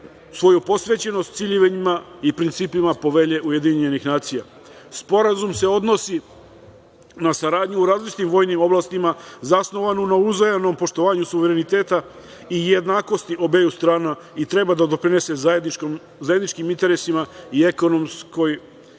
svoju posvećenost ciljevima i principima Povelje UN.Sporazum se odnosi na saradnju u različitim vojnim oblastima zasnovanu na uzajamnom poštovanju suvereniteta i jednakosti obeju strana i treba da doprinese zajedničkim interesima i ekonomskoj